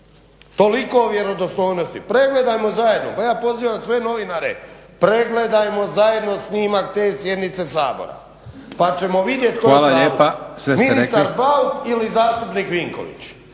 pozivam sve novinare pregledajmo zajedno snimak te sjednice Sabora pa ćemo vidjeti tko je u pravu ministar Bauk ili zastupnik Vinković.